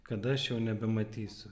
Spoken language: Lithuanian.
kada aš jau nebematysiu